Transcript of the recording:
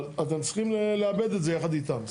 אבל אתם צריכים לעבד את זה יחד איתם.